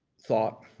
thought,